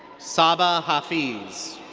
saba hafeez.